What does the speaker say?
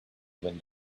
wind